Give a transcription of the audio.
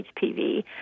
HPV